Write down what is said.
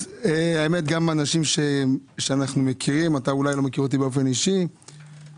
אבל אנשים שאנחנו מכירים מדברים עליך טוב.